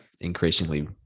increasingly